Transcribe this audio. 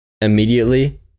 immediately